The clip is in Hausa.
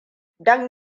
don